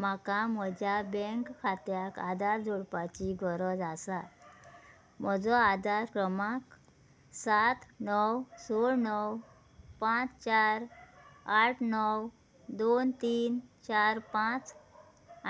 म्हाका म्हज्या बँक खात्याक आदार जोडपाची गरज आसा म्हजो आदार क्रमांक सात णव स णव पांच चार आठ णव दोन तीन चार पांच